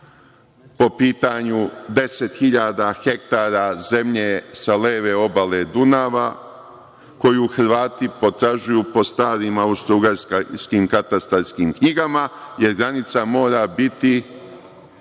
po pitanju 10.000 hektara zemlje sa leve obale Dunava, koju Hrvati potražuju po starim austro-ugarskim katastarskim knjigama, jer granica mora biti